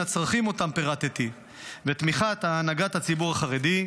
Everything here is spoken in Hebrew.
הצרכים שפירטתי ותמיכת הנהגת הציבור החרדי,